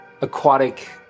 aquatic